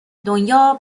دنیا